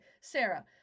Sarah